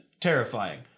Terrifying